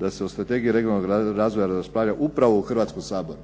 da se o strategiji regionalnog razvoja raspravlja upravo u Hrvatskom saboru,